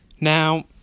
Now